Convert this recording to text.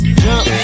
jump